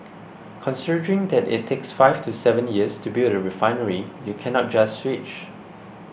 considering that it takes five to seven years to build a refinery you cannot just switch